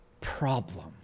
problem